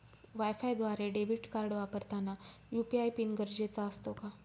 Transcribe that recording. वायफायद्वारे debit card वापरताना UPI PIN गरजेचा असतो का?